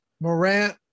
Morant